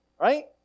right